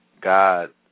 God